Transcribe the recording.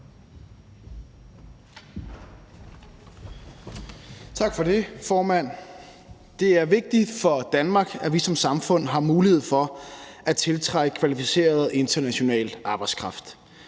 Tak for det, formand. Det er vigtigt for Danmark, at vi som samfund har mulighed for at tiltrække kvalificeret international arbejdskraft.